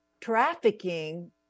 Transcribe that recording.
trafficking